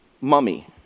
mummy